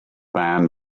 man